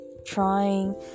Trying